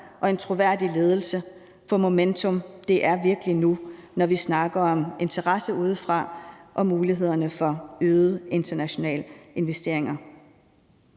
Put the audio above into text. og en troværdig ledelse, for momentum er virkelig nu, når vi snakker om interesse udefra og om mulighederne for øgede internationale investeringer.